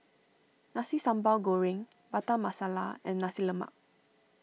Nasi Sambal Goreng Butter Masala and Nasi Lemak